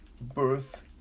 birth